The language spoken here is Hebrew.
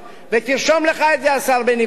ותרשום לך את זה, השר בני בגין.